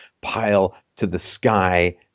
pile-to-the-sky